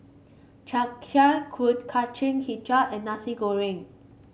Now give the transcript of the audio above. Chap Chai Kuih Kacang hijau and Nasi Goreng